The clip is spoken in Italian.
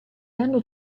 hanno